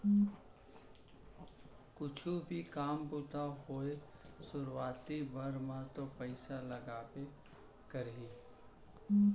कुछु भी काम बूता होवय सुरुवाती बेरा म तो पइसा लगबे करही